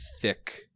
thick